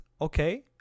okay